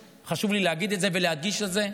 וחשוב לי להגיד את זה ולהדגיש את זה,